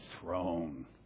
throne